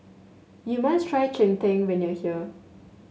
you must try Cheng Tng when you are here